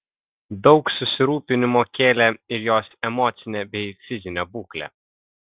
daug susirūpinimo kėlė ir jos emocinė bei fizinė būklė